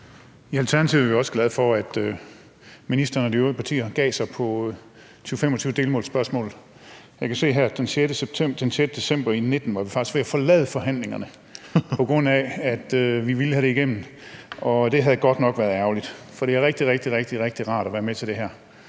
I Alternativet er vi også glade for, at ministeren og de øvrige partier gav sig på 2025-delmålsspørgsmålet. Jeg kan se her, at den 6. december i 2019 var vi faktisk ved at forlade forhandlingerne, på grund af at vi ville have det igennem. Det havde godt nok været ærgerligt, for det er rigtig, rigtig rart at være med til det her,